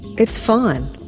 it's fine.